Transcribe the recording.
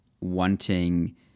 wanting